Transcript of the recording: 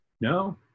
No